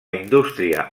indústria